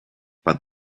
but